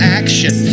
action